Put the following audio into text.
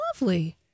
lovely